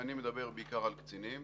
אני מדבר בעיקר על קצינים.